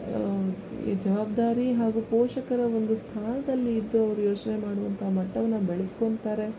ಜವಾಬ್ದಾರಿ ಹಾಗೂ ಪೋಷಕರ ಒಂದು ಸ್ಥಾನದಲ್ಲಿ ಇದ್ದು ಅವರು ಯೋಚನೆ ಮಾಡುವಂಥ ಮಟ್ಟವನ್ನು ಬೆಳ್ಸ್ಕೊತಾರೆ